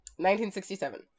1967